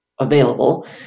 available